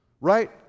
Right